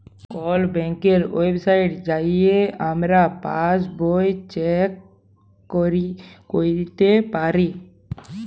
call ব্যাংকের ওয়েবসাইটে যাঁয়ে আমরা পাসবই চ্যাক ক্যইরতে পারি